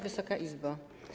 Wysoka Izbo!